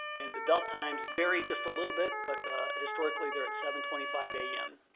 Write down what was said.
and the bell times vary just a little bit but historically they're at seven twenty five am.